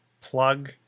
plug